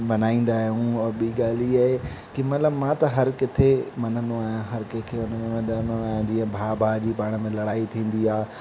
मल्हाईंदा आहियूं और ॿी ॻाल्हि इहा आहे की मतिलबु मां त हर किथे मञिंदो आहियां हर कंहिंखे उन खे वधाईंदो आहियां जीअं भाउ भाउ जी पाण में लड़ाई थींदी आहे